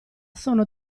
sono